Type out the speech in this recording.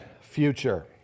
future